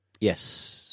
Yes